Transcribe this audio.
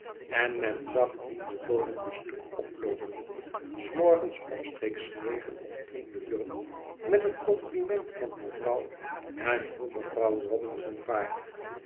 en men zag dienstboden de stoep oploopen s morgens omstreeks negen of tien uren met het compliment van mevrouw en hoe mevrouw robinson vaart